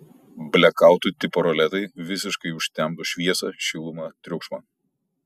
blekautų tipo roletai visiškai užtemdo šviesą šilumą triukšmą